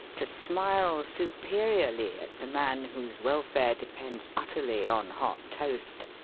to smile superiorly at the man whose wel fare depends utterly on hot toast.